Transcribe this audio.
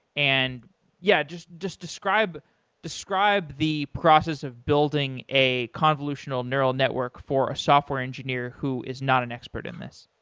and yeah, just just describe describe the process of building a convolutional neural network for a software engineer who is not an expert in this